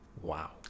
Wow